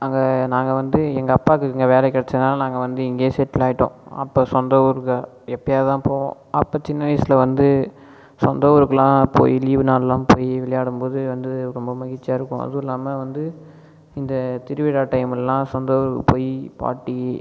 அங்கே நாங்கள் வந்து எங்கள் அப்பாவுக்கு இங்கே வேலை கிடைச்சதுனால நாங்கள் வந்து இங்கேயே செட்டிலாயிட்டோம் அப்போ சொந்த ஊரில் எப்போயாவது தான் போவோம் அப்போ சின்ன வயசில் வந்து சொந்த ஊருக்குல்லாம் போய் லீவ் நாள்ல்லாம் போய் விளையாடும் போது வந்து ரொம்ப மகிழ்ச்சியாக இருக்கும் அதும் இல்லாமல் வந்து இந்த திருவிழா டையமுலல்லாம் சொந்த ஊர் போய் பாட்டி